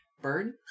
bird